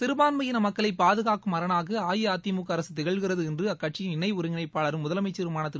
சிறுபான்மையின மக்களை பாதுகாக்கும் அரணாக அஇஅதிமுக அரசு திகழ்கிறது என்று அக்கட்சியின் இணை ஒருங்கிணைப்பாளரும் முதலமைச்ருமான திரு